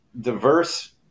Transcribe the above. diverse